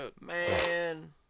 Man